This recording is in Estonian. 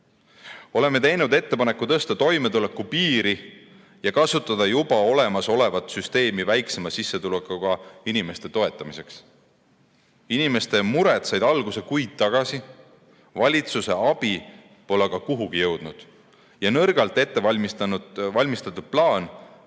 Oleme teinud ettepaneku tõsta toimetuleku piiri ja kasutada juba olemasolevat süsteemi väiksema sissetulekuga inimeste toetamiseks. Inimeste mured said alguse kuid tagasi, valitsuse abi pole aga kuhugi jõudnud ja nõrgalt ettevalmistatud plaan